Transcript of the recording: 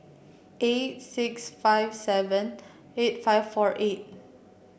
eight six five seven eight five four eight